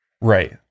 Right